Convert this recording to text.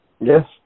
Yes